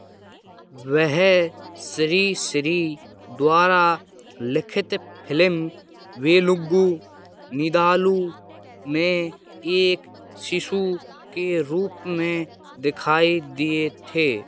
वह श्री श्री द्वारा लिखित फिलिम वेलुगु नीदालु में एक शिशु के रूप में दिखाई दिए थे